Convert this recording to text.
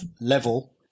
level